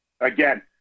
Again